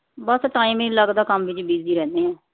ਬਸ time ਹੀ ਨਹੀਂ ਲੱਗਦਾ ਕੰਮ ਵਿੱਚ ਬੀਜ਼ੀ ਰਹਿੰਦੀ ਹਾਂ